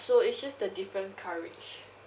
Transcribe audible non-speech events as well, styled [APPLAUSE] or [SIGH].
[BREATH] yup so it's just the different coverage